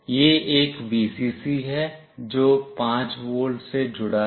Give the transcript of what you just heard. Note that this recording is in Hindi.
यह एक Vcc है जो 5 वोल्ट से जुड़ा है